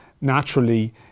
naturally